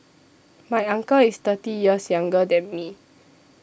my uncle is thirty years younger than me